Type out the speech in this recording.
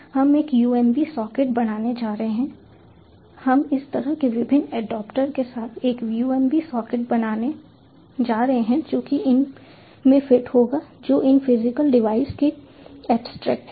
हम एक UMB socket बनाने जा रहे हैं हम इस तरह के विभिन्न एडेप्टर के साथ एक UMB सॉकेट बनाने जा रहे हैं जो कि इन में फिट होगा जो इन फिजिकल डिवाइस के एब्स्ट्रैक्ट हैं